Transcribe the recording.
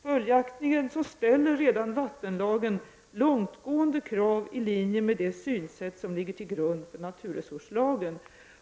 Följaktligen ställer redan vattenlagen långtgående krav i linje med det synsätt som ligger till grund för naturresurslagen.